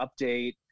update